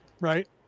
right